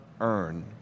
earn